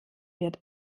wird